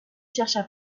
chercha